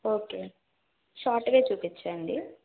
okay short way చూపించండి